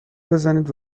بزنید